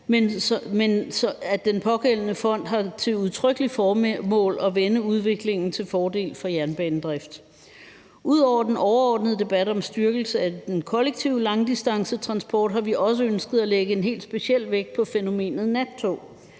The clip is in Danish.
men hvor den pågældende fond udtrykkelig har til formål at vende udviklingen til fordel for jernbanedrift. Ud over den overordnede debat om styrkelse af den kollektive langdistancetransport har vi også ønsket at lægge en helt speciel vægt på fænomenet nattog.